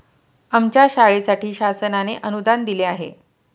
आमच्या शाळेसाठी शासनाने अनुदान दिले आहे